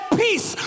peace